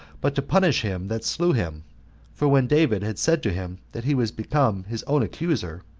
but to punish him that slew him for when david had said to him that he was become his own accuser,